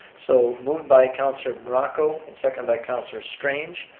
so, moved by councilor morocco, and seconded by councilor strange.